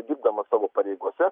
dirbdamas savo pareigose